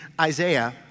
Isaiah